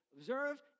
observe